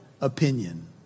opinion